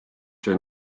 see